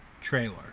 Trailer